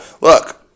look